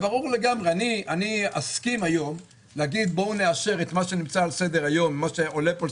אני אסכים היום לומר בואו נאשר את מה שעולה פה על